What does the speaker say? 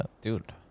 Dude